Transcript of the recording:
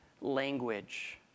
language